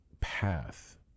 path